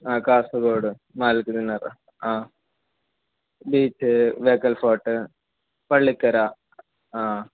ആ കാസർഗോഡ് മാലിക്ക് ദിനാർ ആ beach Bekal fort Pallikkara ആ